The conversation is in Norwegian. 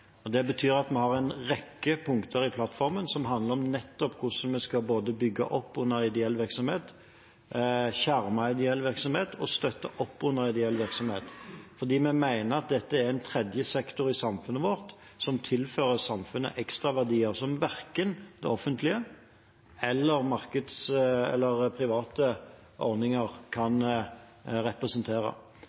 Vi har en rekke punkter i plattformen som handler om hvordan vi skal bygge opp under ideell virksomhet, skjerme ideell virksomhet og støtte opp under ideell virksomhet, fordi vi mener at dette er en tredje sektor i samfunnet vårt, som tilfører samfunnet ekstra verdier som verken det offentlige eller private ordninger kan representere.